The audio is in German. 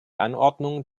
anordnung